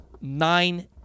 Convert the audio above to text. nine